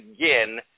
again